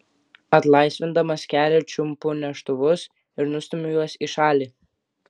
atlaisvindamas kelią čiumpu neštuvus ir nustumiu juos į šalį